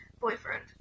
boyfriend